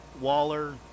Waller